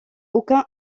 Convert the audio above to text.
aucun